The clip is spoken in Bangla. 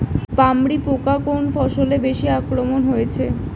পামরি পোকা কোন ফসলে বেশি আক্রমণ হয়েছে?